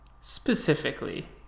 Specifically